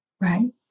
right